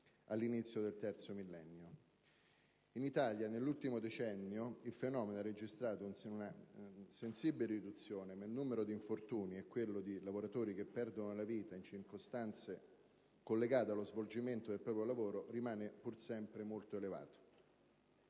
all'inizio del terzo millennio. In Italia, nell'ultimo decennio, il fenomeno ha registrato una sensibile riduzione, ma il numero degli infortuni e quello di lavoratori che perdono la vita in circostanze collegate allo svolgimento del proprio lavoro rimane pur sempre molto elevato.